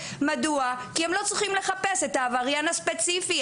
מדוע, כי הם לא צריכים לחפש את העבריין הספציפי.